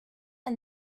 and